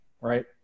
right